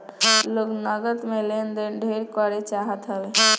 लोग नगद में लेन देन ढेर करे चाहत हवे